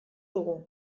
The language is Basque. dugu